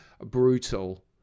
brutal